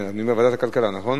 אני אומר ועדת הכלכלה, נכון?